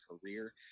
career